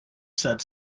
said